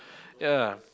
ya